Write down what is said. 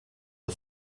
are